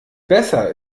besser